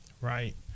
right